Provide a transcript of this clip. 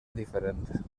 diferent